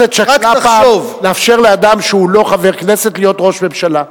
הכנסת שקלה פעם לאפשר לאדם שהוא לא חבר כנסת להיות ראש ממשלה.